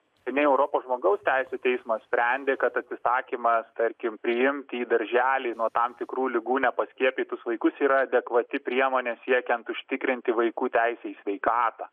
seniai europos žmogaus teisių teismas sprendė kad atsisakymas tarkim priimti į darželį nuo tam tikrų ligų nepaskiepytus vaikus yra adekvati priemonė siekiant užtikrinti vaikų teisę į sveikatą